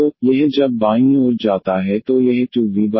तो यह जब बाईं ओर जाता है तो यह 2v2 v2 1 हो जाएगा